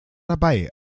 dabei